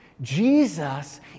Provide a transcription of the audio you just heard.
Jesus